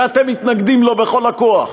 שאתם מתנגדים לו בכל הכוח,